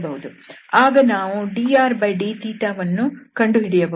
ಆಗ ನಾವು drdθವನ್ನು ಕಂಡು ಹಿಡಿಯಬಹುದು